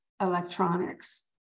electronics